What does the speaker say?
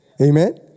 Amen